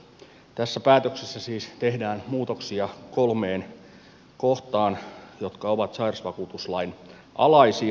tässä päätöksessä siis tehdään muutoksia kolmeen kohtaan jotka ovat sairausvakuutuslain alaisia